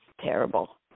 terrible